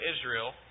Israel